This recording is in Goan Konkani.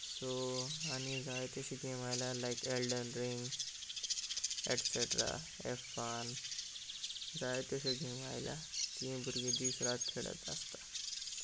सो आनी जाय तशी गेम आयल्या लायक एल्डन रिंग एकसेट्रा हॅवफन जायत्यो अश्यो गेम आयल्या तीं भुरगीं दीसरात खेळत आसता